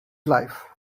life